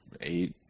eight